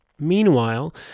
Meanwhile